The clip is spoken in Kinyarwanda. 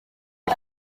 the